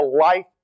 life